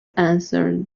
answered